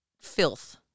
filth